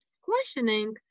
questioning